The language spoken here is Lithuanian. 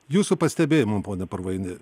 jūsų pastebėjimu pone parvaini